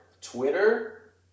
Twitter